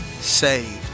saved